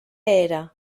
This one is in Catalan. era